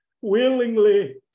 Willingly